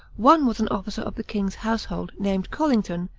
one was an officer of the king's household, named collington,